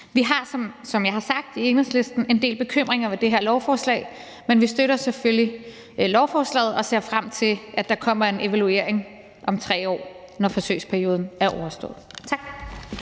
Vi har, som jeg har sagt, i Enhedslisten en del bekymringer i forhold til det her lovforslag, men vi støtter det selvfølgelig og ser frem til, at der kommer en evaluering om 3 år, når forsøgsperioden er overstået. Tak.